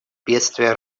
бедствия